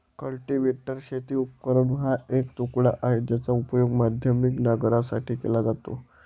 cultivator शेती उपकरण हा एक तुकडा आहे, ज्याचा उपयोग माध्यमिक नांगरणीसाठी केला जातो